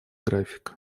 график